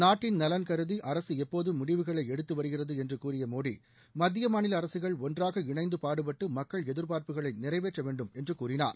நாட்டின் நலன் கருதி அரசு எப்போதும் முடிவுகளை எடுத்து வருகிறது என்று கூறிய மோடி மத்திய மாநில அரசுகள் ஒன்றாக இணைந்து பாடுபட்டு மக்கள் எதியார்ப்புகளை நிறைவேற்ற வேண்டும் என்று கூறினார்